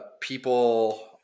people